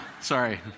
sorry